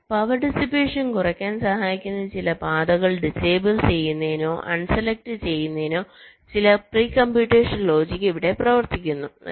അതിനാൽ power dissipation കുറയ്ക്കാൻ സഹായിക്കുന്ന ചില പാതകൾ ഡിസേബിൾ ചെയ്യുന്നതിനോ അൺ സെലക്ട് ചെയ്യുന്നതിനോ ചില പ്രീ കമ്പ്യൂട്ടേഷൻ ലോജിക് ഇവിടെ പ്രവർത്തിക്കുന്നു